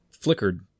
flickered